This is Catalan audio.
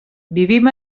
vivim